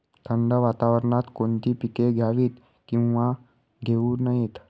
थंड वातावरणात कोणती पिके घ्यावीत? किंवा घेऊ नयेत?